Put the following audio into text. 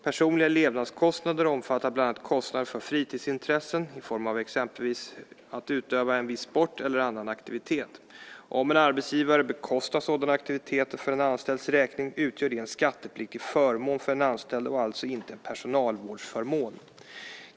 Personliga levnadskostnader omfattar bland annat kostnader för fritidsintressen i form av att exempelvis utöva en viss sport eller annan aktivitet. Om en arbetsgivare bekostar sådana aktiviteter för en anställds räkning utgör det en skattepliktig förmån för den anställde och alltså inte en personalvårdsförmån.